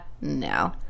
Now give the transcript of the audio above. no